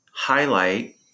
highlight